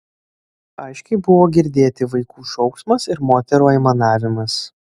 aiškiai buvo girdėti vaikų šauksmas ir moterų aimanavimas